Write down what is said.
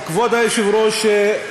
כבוד היושב-ראש,